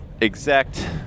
exact